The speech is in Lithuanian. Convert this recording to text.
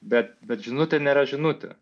bet bet žinutė nėra žinutė